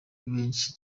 benshi